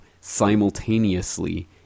simultaneously